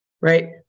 right